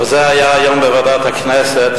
אבל זה היה היום בוועדת הכנסת.